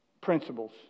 principles